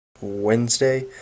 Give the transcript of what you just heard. Wednesday